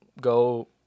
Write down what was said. go